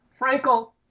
Frankel